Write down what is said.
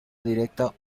directa